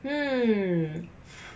hmm